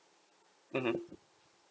mmhmm